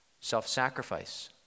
Self-sacrifice